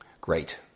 Great